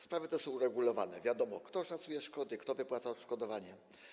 Sprawy te są uregulowane - wiadomo, kto szacuje szkody i kto wypłaca odszkodowania.